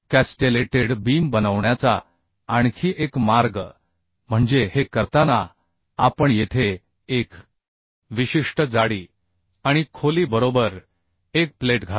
castellated beam बनवण्याचा आणखी एक मार्ग म्हणजे हे करताना आपण येथे एक विशिष्ट जाडी आणि खोली बरोबर एक प्लेट घालू